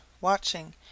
watching